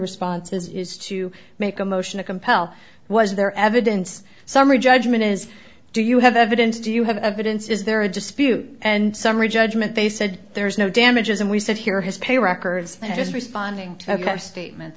responses is to make a motion to compel was there evidence summary judgment is do you have evidence do you have evidence is there a dispute and summary judgment they said there is no damages and we sit here his pay records that is responding to statement